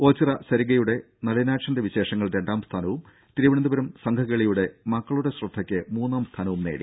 ഓച്ചിറ സരിഗയുടെ നളിനാക്ഷന്റെ വിശേഷങ്ങൾ രണ്ടാം സ്ഥാനവും തിരുവനന്തപുരം സംഘകേളിയുടെ മക്കളുടെ ശ്രദ്ധക്ക് മൂന്നാം സ്ഥാനവും നേടി